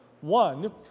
One